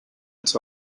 its